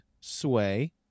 sway